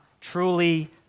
truly